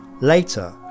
Later